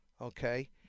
okay